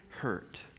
hurt